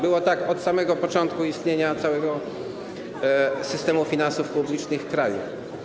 Było tak od samego początku istnienia całego systemu finansów publicznych kraju.